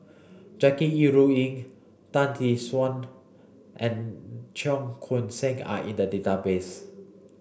Jackie Yi Ru Ying Tan Tee Suan and Cheong Koon Seng are in the database